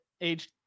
age